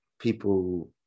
people